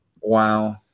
Wow